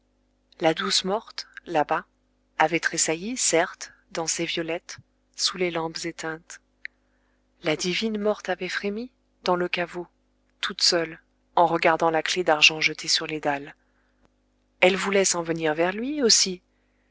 la douce morte là-bas avait tressailli certes dans ses violettes sous les lampes éteintes la divine morte avait frémi dans le caveau toute seule en regardant la clef d'argent jetée sur les dalles elle voulait s'en venir vers lui aussi